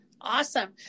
awesome